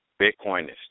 Bitcoinist